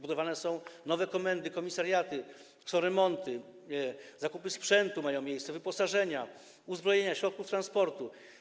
Budowane są nowe komendy, komisariaty, są remonty, zakupy sprzętu mają miejsce, wyposażenia, uzbrojenia, środków transportu.